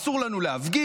אסור לנו להפגין,